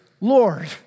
Lord